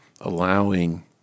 allowing